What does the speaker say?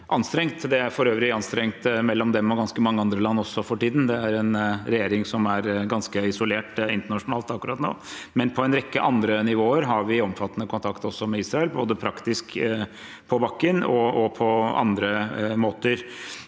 Det er for øvrig anstrengt mellom dem og ganske mange andre land også for tiden. Det er en regjering som er ganske isolert internasjonalt akkurat nå, men på en rekke andre nivåer har vi omfattende kontakt også med Israel, både praktisk på bakken og på andre måter.